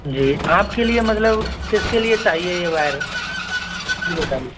जी आपके लिए मतलब किसके लिए चाहिए ये वायर